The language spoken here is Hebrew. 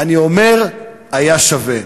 אני אומר: היה שווה.